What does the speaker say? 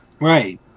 Right